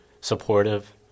supportive